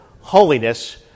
holiness